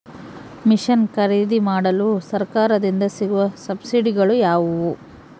Mission ಖರೇದಿಮಾಡಲು ಸರಕಾರದಿಂದ ಸಿಗುವ ಸಬ್ಸಿಡಿಗಳು ಯಾವುವು?